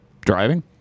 Driving